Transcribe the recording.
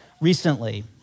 recently